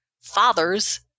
fathers